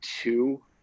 two